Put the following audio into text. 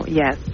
yes